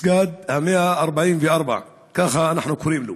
מסגד ה-144, ככה אנחנו קוראים לו.